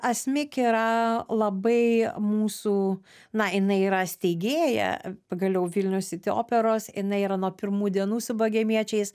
asmik yra labai mūsų na jinai yra steigėja pagaliau vilnius city operos jinai yra nuo pirmų dienų su bagemiečiais